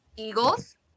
Eagles